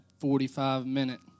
45-minute